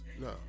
No